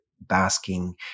basking